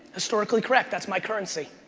historically correct, that's my currency.